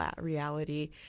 reality